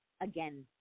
Again